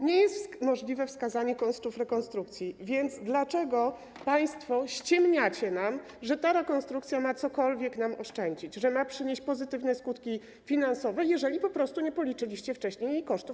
Nie jest możliwe wskazanie kosztów rekonstrukcji, więc dlaczego państwo ściemniacie nam, że ta rekonstrukcja ma cokolwiek nam oszczędzić, że ma przynieść pozytywne skutki finansowe, jeżeli po prostu nie policzyliście wcześniej jej kosztów?